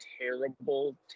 terrible